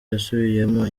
yasubiyemo